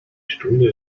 stunde